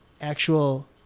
actual –